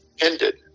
ended